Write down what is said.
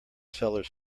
cellar